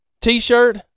t-shirt